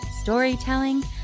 storytelling